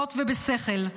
בתחבולות ובשכל,